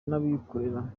n’abikorera